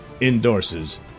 endorses